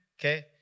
okay